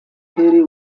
hurley